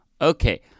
Okay